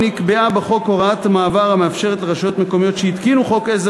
נקבעה בחוק הוראת מעבר המאפשרת לרשויות מקומיות שהתקינו חוק עזר